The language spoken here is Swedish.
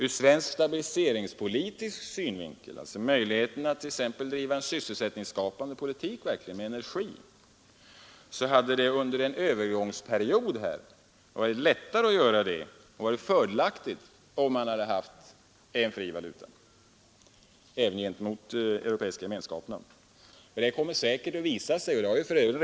Ur svensk stabiliseringspolitisk synvinkel — jag tänker på möjligheterna att med energi driva en sysselsättningsskapande politik — hade det under en övergångsperiod varit fördelaktigt att ha en fri valuta, även gentemot länderna i de europeiska gemenskaperna. Det kommer säkert att visa sig att det uppstår påfrestningar.